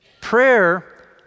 Prayer